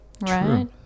right